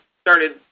started